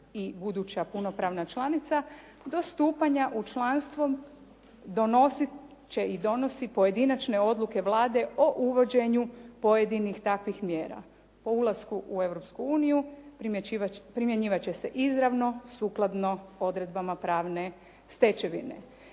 i buduća punopravna članica do stupanja u članstvo donosit će i donosi pojedinačne odluke Vlade o uvođenju pojedinih takvih mjera. Po ulasku u Europsku uniju primjenjivat će se izravno sukladno odredbama pravne stečevine.